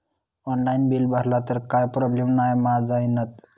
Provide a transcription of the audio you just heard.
Online bill भरला तर काय प्रोब्लेम नाय मा जाईनत?